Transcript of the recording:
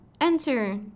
enter